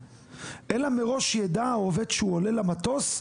אלא מראש ידע העובד כשהוא הולך למטוס,